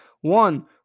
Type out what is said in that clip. One